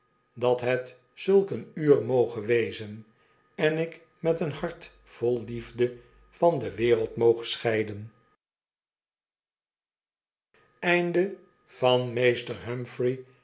dat het zulk een uur moge wezen en ik met een hart vol liefde van de wereld moge scheiden